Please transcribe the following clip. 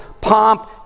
pomp